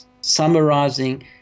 Summarizing